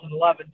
2011